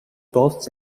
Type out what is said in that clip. both